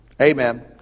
amen